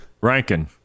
Rankin